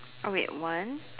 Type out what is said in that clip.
oh wait one